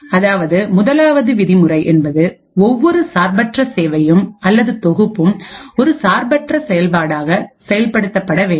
அதாவது முதலாவது விதி முறை என்பது ஒவ்வொரு சார்பற்ற சேவையும் அல்லது தொகுப்பும் ஒரு சார்பற்ற செயல்பாடாக செயல்படுத்தப்பட வேண்டும்